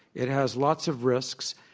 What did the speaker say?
it has lots of risks,